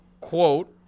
Quote